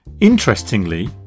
Interestingly